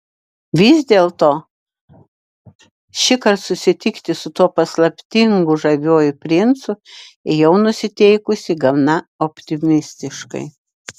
vis dėlto šįkart susitikti su tuo paslaptingu žaviuoju princu ėjau nusiteikusi gana optimistiškai